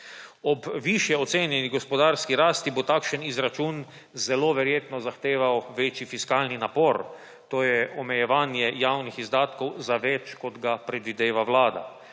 Ob višje ocenjeni gospodarski rasti bo takšen izračun zelo verjetno zahteval večji fiskalni napor, to je omejevanje javnih izdatkov za več, kot ga predvideva vlada.